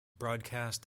broadcast